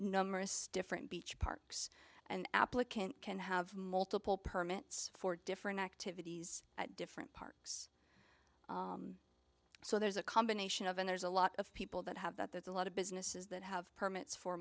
number a stiffer beach parks and applicant can have multiple permits for different activities at different parks so there's a combination of and there's a lot of people that have that there's a lot of businesses that have permits for